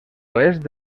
oest